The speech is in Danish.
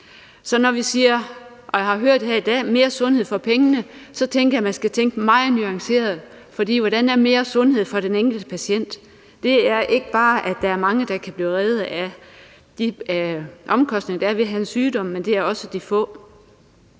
for pengene«, som jeg har hørt her i dag, tænker jeg, at man skal tænke meget nuanceret, for hvad er mere sundhed for den enkelte patient? Det er ikke bare de mange, der kan blive reddet fra de omkostninger, der er ved at have en sygdom, men det er også de få.